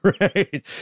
Right